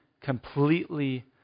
completely